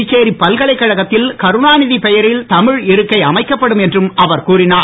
புதுச்சேரி பல்கலைக்கழகத்தில் கருணாநிதி பெயரில் தமிழ் இருக்கை அமைக்கப்படும் என்றும் அவர் கூறினார்